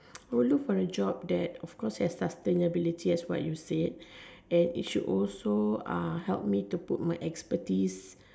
I would look for a job that of course has sustainability as what you said and it should also help me to put my expertise